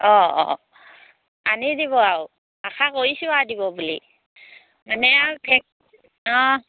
অঁ অঁ আনি দিব আৰু আশা কৰিছোঁ আৰু দিব বুলি মানে আৰু অঁ